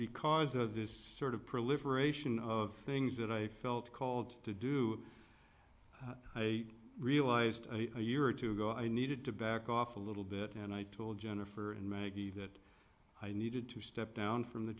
because of this sort of proliferation of things that i felt called to do i realized a year or two ago i needed to back off a little bit and i told jennifer and maggie that i needed to step down from the